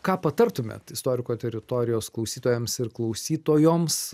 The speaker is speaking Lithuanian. ką patartumėt istoriko teritorijos klausytojams ir klausytojoms